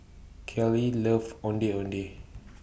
Carley loves Ondeh Ondeh